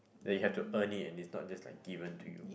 that you have to earn it and it's not just like given to you